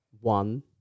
one